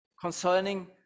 concerning